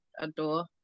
Adore